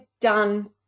done